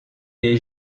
est